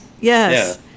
Yes